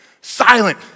Silent